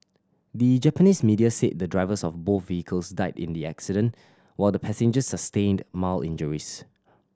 the Japanese media said the drivers of both vehicles died in the accident while the passengers sustained mild injuries